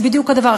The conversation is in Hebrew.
זה בדיוק הדבר.